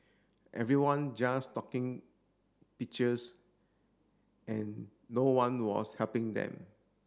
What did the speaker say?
everyone just talking pictures and no one was helping them